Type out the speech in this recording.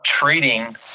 treating